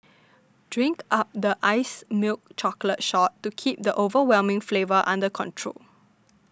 drink up the iced milk chocolate shot to keep the overwhelming flavour under control